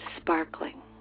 sparkling